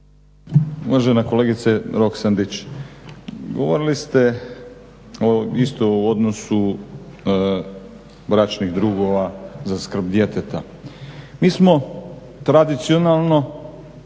Uvažena kolegice Roksandić, govorili ste isto o odnosu bračnih drugova za skrb djeteta. Mi smo tradicionalno